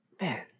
Man